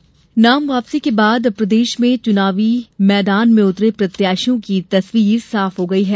नामांकन वापसी नाम वापसी के बाद अब प्रदेश में चुनावी मैदान में उतरे प्रत्याशियों की तस्वीर साफ हो गई है